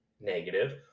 negative